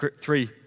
three